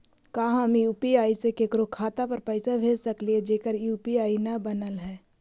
का हम यु.पी.आई से केकरो खाता पर पैसा भेज सकली हे जेकर यु.पी.आई न बनल है?